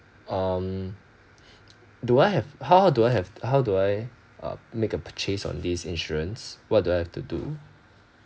um do I have how how do I have how do I uh make a purchase on this insurance what do I have to do